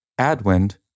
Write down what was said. Adwind